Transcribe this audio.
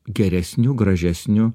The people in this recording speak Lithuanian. geresniu gražesniu